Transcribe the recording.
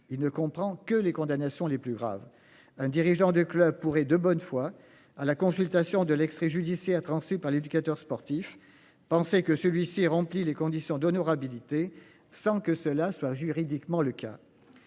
il ne comprend que les condamnations les plus graves, un dirigeant du club pourrait de bonne foi à la consultation de l'extrait judiciaire transmis par l'éducateur sportif penser que celui-ci remplit les conditions d'honorabilité sans que cela soit juridiquement le cas.